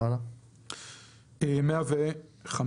"105.